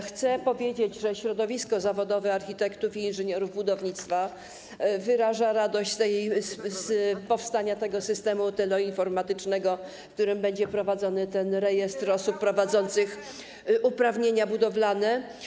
Chcę powiedzieć, że środowisko zawodowe architektów i inżynierów budownictwa wyraża radość z powstania tego systemu teleinformatycznego, w którym będzie prowadzony ten rejestr osób prowadzących uprawnienia budowlane.